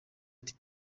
ati